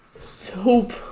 Soap